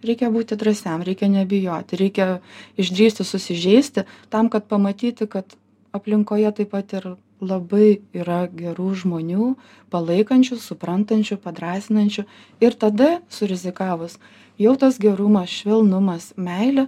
reikia būti drąsiam reikia nebijoti reikia išdrįsti susižeisti tam kad pamatyti kad aplinkoje taip pat ir labai yra gerų žmonių palaikančių suprantančių padrąsinančių ir tada surizikavus jau tas gerumas švelnumas meilė